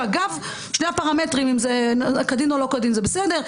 שאגב שני הפרמטרים אם זה כדין או לא כדין זה בסדר,